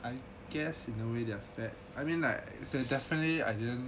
I guess in a way that fat I mean like definitely I didn't